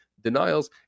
denials